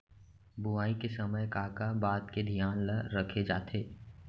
बुआई के समय का का बात के धियान ल रखे जाथे?